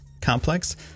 complex